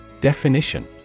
Definition